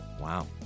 Wow